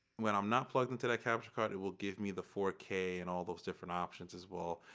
when i'm not plugged into that capture card, it will give me the four k and all those different options as well.